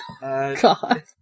God